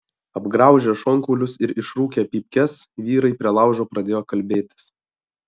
apgraužę šonkaulius ir išrūkę pypkes vyrai prie laužo pradėjo kalbėtis